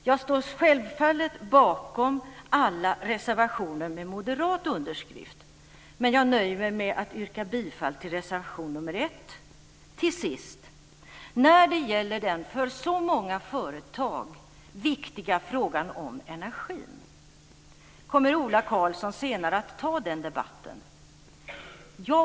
Jag står självfallet bakom alla reservationer med moderat underskrift, men jag nöjer mig med att yrka bifall till reservation 1. Till sist: När det gäller den för så många företag viktiga frågan om energin kommer Ola Karlsson senare att ta den debatten.